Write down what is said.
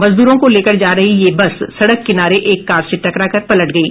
मजदूरों को लेकर जा रही ये बस सड़क किनारे एक कार से टकरा कर पलट गयी